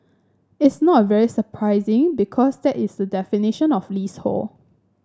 it's not very surprising because that is the definition of leasehold